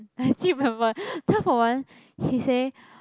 I actually remember twelve O one he say